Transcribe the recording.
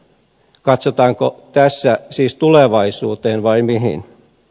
katsotaanko tässä siis tulevaisuuteen vai mihin